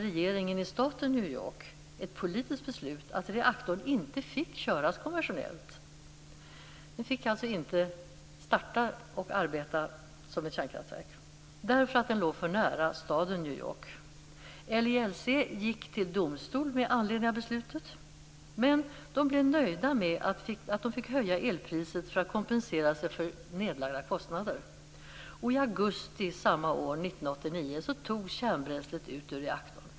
York ett politiskt beslut om att reaktorn inte fick köras kommersiellt. Man fick alltså inte starta och arbeta som ett kärnkraftverk därför att verket låg för nära staden New York. LILC gick till domstol med anledning av det beslutet. Man blev dock nöjd med att man fick höja elpriset för att kompensera sig för sina kostnader. I augusti samma år, 1989, togs kärnbränslet ut ur reaktorn.